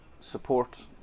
support